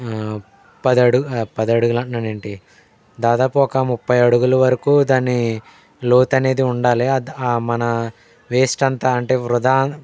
పది అడుగులు పది అడుగులు అంటున్నాను ఏంటి దాదాపు ఒక ముప్పై అడుగుల వరకు దాన్ని లోతు అనేది ఉండాలి అది మన వేస్ట్ అంతా అంటే వృథా